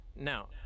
Now